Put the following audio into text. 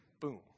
boom